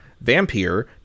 Vampire